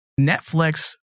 Netflix